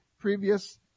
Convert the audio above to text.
previous